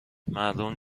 مردم